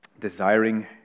desiring